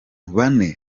bane